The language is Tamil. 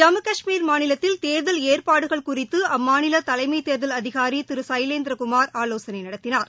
ஜம்மு கஷ்மீர் மாநிலத்தில் தேர்தல் ஏற்பாடுகள் குறித்து அம்மாநிலதலைமைதேர்தல் அதிகாரிதிருசைலேந்திரகுமார் ஆலோசனைநடத்தினார்